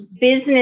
business